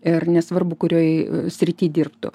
ir nesvarbu kurioj srity dirbtų